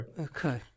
Okay